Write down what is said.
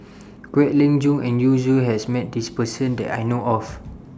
Kwek Leng Joo and Yu Zhuye has Met This Person that I know of